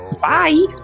bye